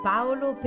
Paolo